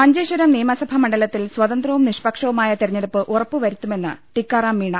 മഞ്ചേശ്വരം നിയമസഭാ മണ്ഡലത്തിൽ സ്വതന്ത്രവും നിഷ്പക്ഷവു മായ തിരഞ്ഞെടുപ്പ് ഉറപ്പുവരുത്തുമെന്ന് ടിക്കാറാം മീണ